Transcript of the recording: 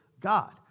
God